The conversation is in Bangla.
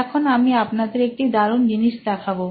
এখন আমি আপনাদের একটি দারুন জিনিস দেখাবো